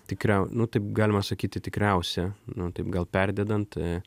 tikriau nu taip galima sakyti tikriausia nu taip gal perdedant